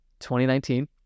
2019